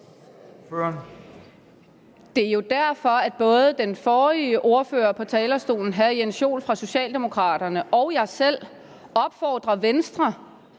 Det er jo derfor, at både den forrige ordfører på talerstolen, hr. Jens Joel fra Socialdemokraterne, og jeg selv opfordrer Venstre